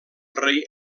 rei